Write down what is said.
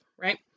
right